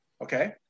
okay